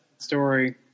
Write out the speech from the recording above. story